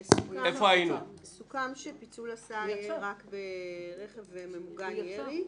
סוכם שפיצול הסעה יהיה רק ברכב ממוגן ירי.